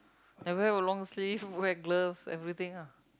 I wear long sleeve wear gloves everything ah